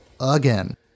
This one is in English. again